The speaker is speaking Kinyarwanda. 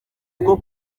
uko